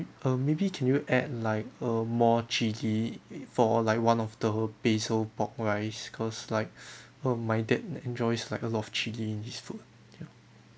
uh maybe can you add like a more chilli for like one of the basil pork rice cause like uh my dad enjoys like a lot of chili in his food ya